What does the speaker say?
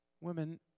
Women